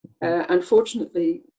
Unfortunately